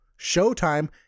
showtime